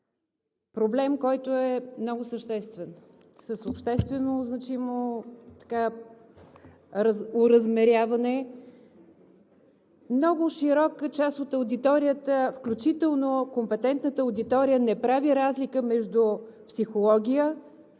проблем, който е много съществен – с общественозначимо оразмеряване. Много широка част от аудиторията, включително компетентната аудитория, не прави разлика между психология,